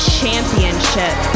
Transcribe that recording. Championship